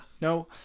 No